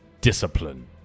discipline